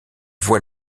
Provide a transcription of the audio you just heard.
voit